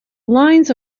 lines